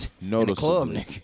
Noticeably